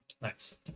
Nice